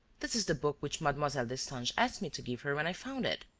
this is the book which mlle. destange asked me to give her when i found it.